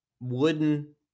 wooden